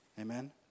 Amen